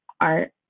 art